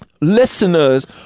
listeners